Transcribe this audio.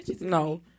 No